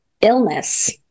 illness